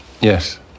Yes